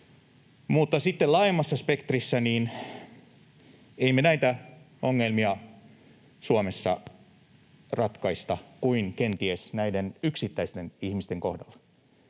Sitten laajemmassa spektrissä: Ei me näitä ongelmia Suomessa ratkaista kuin kenties näiden yksittäisten ihmisten kohdalla.